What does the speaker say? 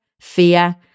fear